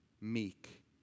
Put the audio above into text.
meek